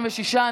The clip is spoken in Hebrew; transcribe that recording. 36,